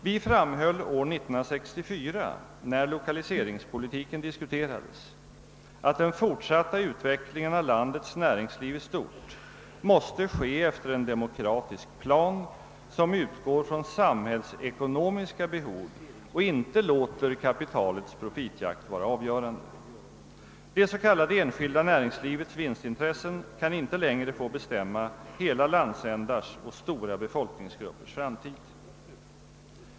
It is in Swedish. Vi framhöll år 1964, när lokaliseringspolitiken diskuterades, att den fortsatta utvecklingen av landets näringsliv i stort måste ske efter en demokratisk plan som utgår från samhällsekonomiska behov och inte låter kapitalets profitjakt vara avgörande. Det s.k. enskilda näringslivets vinstintressen kan inte längre få bestämma hela landsändars och stora befolkningsgruppers framtid.